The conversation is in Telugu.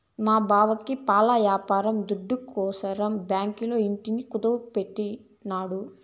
మా బావకి పాల యాపారం దుడ్డుకోసరం బాంకీల ఇంటిని కుదువెట్టినాడు